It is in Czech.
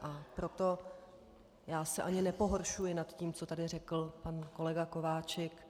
A proto já se ani nepohoršuji nad tím, co tady řekl pan kolega Kováčik.